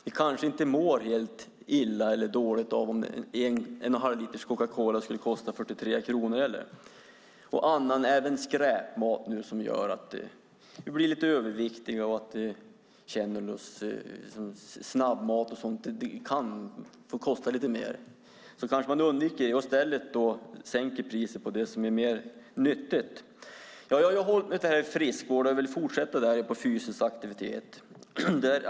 Vi kanske inte skulle må helt dåligt av om en flaska Coca-Cola på en och en halv liter skulle kosta 43 kronor. Skräpmat, snabbmat och annat sådant som gör oss överviktiga kan få kosta lite mer, så kanske människor undviker det. I stället kan man sänka priset på det som är nyttigare. Jag har hållit mig till friskvården och vill fortsätta på temat fysisk aktivitet.